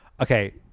Okay